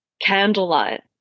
candlelight